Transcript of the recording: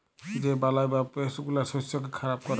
যে বালাই বা পেস্ট গুলা শস্যকে খারাপ ক্যরে